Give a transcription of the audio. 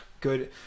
good